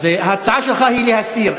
אז ההצעה שלך היא להסיר,